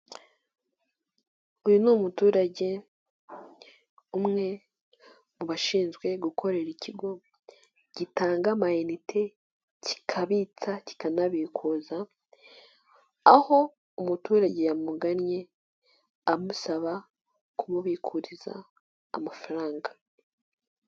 Uyu ni umuturage, umwe mu bashinzwe gukorera ikigo gitanga amayinite, kikabitsa, kikanabikuza, aho umuturage yamugannye amusaba kumubikuririza amafaranga.